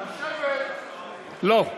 לא.